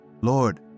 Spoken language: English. Lord